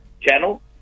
channel